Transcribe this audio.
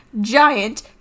Giant